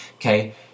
Okay